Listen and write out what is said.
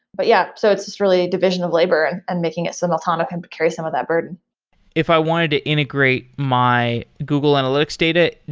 but yeah, so it's just really division of labor and and making it so meltano can carry some of that burden if i wanted to integrate my google analytics data,